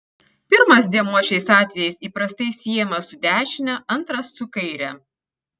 pirmas dėmuo šiais atvejais įprastai siejamas su dešine antras su kaire